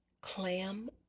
clam